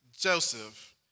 Joseph